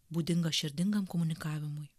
būdinga širdingam komunikavimui